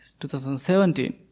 2017